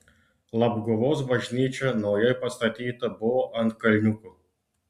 labguvos bažnyčia naujai pastatyta buvo ant kalniuko